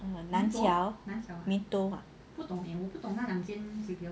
oh nan chiau